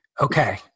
Okay